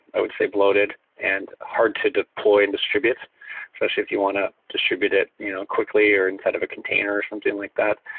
i would say, bloated and hard to deploy and distribute especially if you want to distribute it quickly or inside of a he container or something like that.